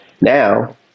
Now